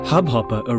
Hubhopper